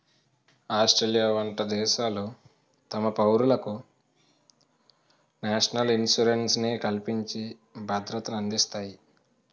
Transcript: Australia వంట దేశాలు తమ పౌరులకు నేషనల్ ఇన్సూరెన్స్ ని కల్పించి భద్రతనందిస్తాయి